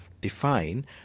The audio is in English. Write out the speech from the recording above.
Define